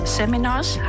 seminars